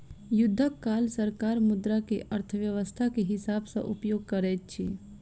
युद्धक काल सरकार मुद्रा के अर्थव्यस्था के हिसाब सॅ उपयोग करैत अछि